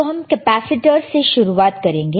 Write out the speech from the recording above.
तो हम कैपेसिटरस से शुरुआत करेंगे